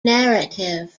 narrative